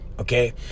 okay